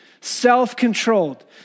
Self-controlled